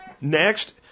Next